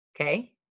Okay